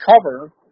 cover